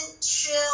chill